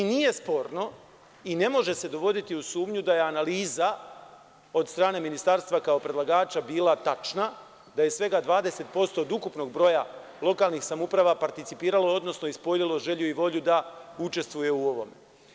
Nije sporno i ne može se dovoditi u sumnju da je analiza od strane ministarstva kao predlagača bila tačna, da je svega 20% od ukupnog broja lokalnih samouprava participiralo, odnosno ispoljilo želju i volju da učestvuje u ovome.